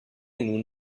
nun